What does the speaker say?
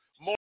more